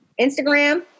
Instagram